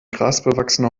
grasbewachsene